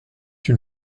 une